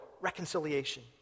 reconciliation